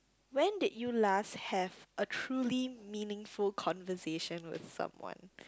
when did you last have a truly meaningful conversation with someone